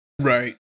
right